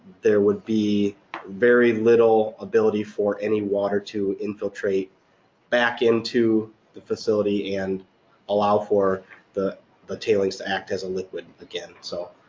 there would be very little ability for any water to infiltrate back into the facility and allow for the but tailings to act as a liquid again. so